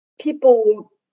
people